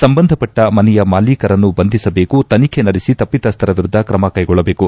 ಸಂಬಂಧಪಟ್ಟ ಮನೆಯ ಮಾಲೀಕರನ್ನು ಬಂಧಿಸಬೇಕು ತನಿಖೆ ನಡೆಸಿ ತಪ್ಪಿತಸ್ಥರ ವಿರುದ್ದ ತ್ರಮ ಕೈಗೊಳ್ಳಬೇಕು